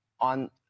on